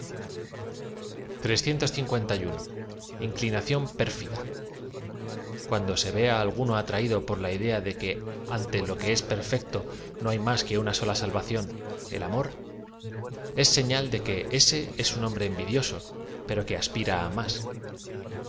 inclinación pérfida cuando se y e alguno atraído por la idea de que ante lo que es perfecto no hay más que una sola ealyacíón el amor es señal de que ese es un hombre envidioso pero que aspira á más